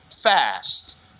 fast